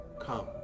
come